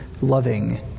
loving